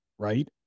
Right